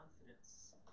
confidence